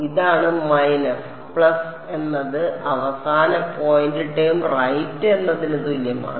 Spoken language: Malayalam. ഇതാണ് മൈനസ് പ്ലസ് എന്നത് അവസാന പോയിന്റ് ടേം റൈറ്റ് എന്നതിന് തുല്യമാണ്